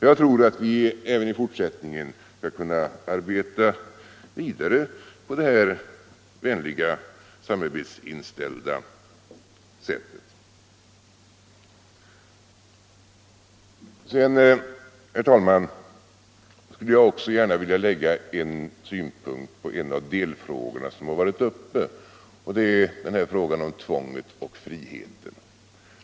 Jag tror att vi även i fortsättningen skall kunna arbeta vidare på det här vänliga samarbetsinställda sättet. Herr talman! Jag skulle också gärna vilja ge uttryck för en synpunkt på en av de delfrågor som varit uppe, och det gäller frågan om tvånget och friheten.